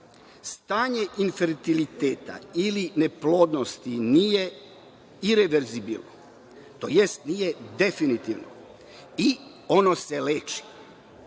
Stanje infertiliteta ili neplodnosti nije ireverzibilno, tj. nije definitivno i ono se